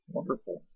Wonderful